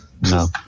No